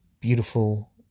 beautiful